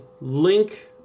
link